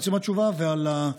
סטנדרטי לעונה